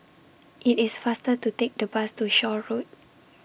IT IS faster to Take The Bus to Shaw Road